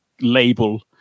label